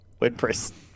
WordPress